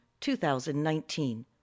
2019